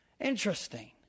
Interesting